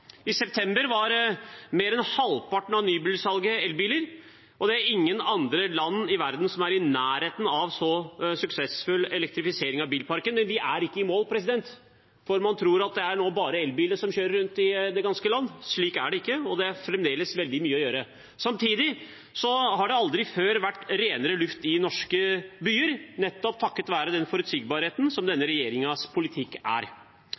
I september var mer enn halvparten av nybilsalget elbiler, og det er ingen andre land i verden som er i nærheten av en så suksessfull elektrifisering av bilparken. Men vi er ikke i mål. Man tror at det nå bare er elbiler som kjører rundt i det ganske land, men slik er det ikke, det er fremdeles veldig mye å gjøre. Samtidig har det aldri vært renere luft i norske byer, nettopp takket være forutsigbarheten i denne regjeringens politikk.